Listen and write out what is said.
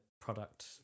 product